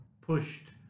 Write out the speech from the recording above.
pushed